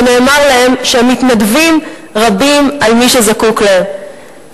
ונאמר להם שהמתנדבים רבים על מי שזקוק להם,